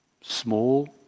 small